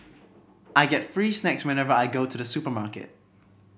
I get free snacks whenever I go to the supermarket